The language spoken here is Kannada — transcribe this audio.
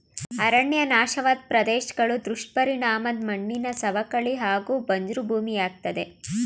ಅರಣ್ಯ ನಾಶವಾದ್ ಪ್ರದೇಶ್ಗಳು ದುಷ್ಪರಿಣಾಮದ್ ಮಣ್ಣಿನ ಸವಕಳಿ ಹಾಗೂ ಬಂಜ್ರು ಭೂಮಿಯಾಗ್ತದೆ